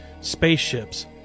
spaceships